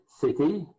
City